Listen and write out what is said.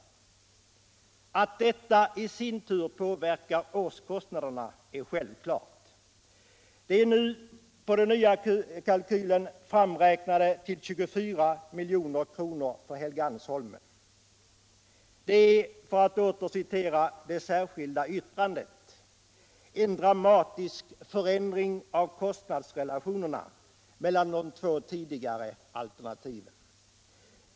Allt detta påverkar i sin tur självklart årskostnaderna. De är nu + i den nya kalkylen — framräknade till 24 milj.kr. för Helgeandsholmen. Det är — för att åter citera det särskilda vttrandet - en ”dramatisk” förändring av kostnadsrelationrna mellan de två tidigare alternativen.